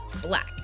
black